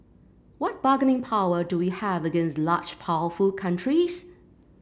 what bargaining power do we have against large powerful countries